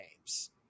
games